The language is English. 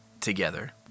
together